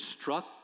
struck